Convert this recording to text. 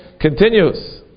continues